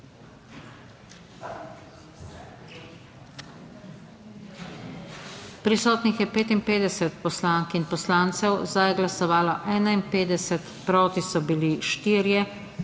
Prisotnih je 55 poslank in poslancev, za je glasovalo 51, proti so bili 4.